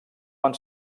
van